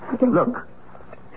Look